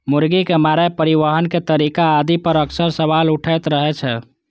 मुर्गी के मारै, परिवहन के तरीका आदि पर अक्सर सवाल उठैत रहै छै